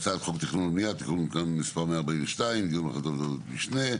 הצעת חוק התכנון והבנייה (תיקון מס' 142) (דיון בהחלטות ועדות משנה),